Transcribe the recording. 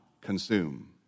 consume